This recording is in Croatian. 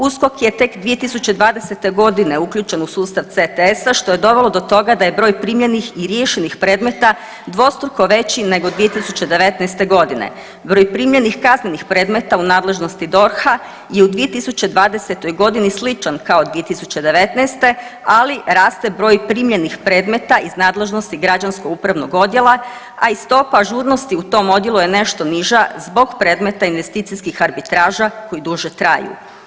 USKOK je tek 2020. g. uključen u sustav CTS-a što je dovelo do toga da je broj primljenih i riješenih predmeta dvostruko veći nego 2019. g. Broj primljenih kaznenih predmeta u nadležnosti DORH-a je u 2020. g. sličan kao 2019., ali raste broj primljenih predmeta iz nadležnosti Građansko-upravnog odjela, a i stopa ažurnosti u tom odjelu je nešto niža zbog predmeta investicijskih arbitraža koji duže traju.